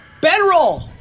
bedroll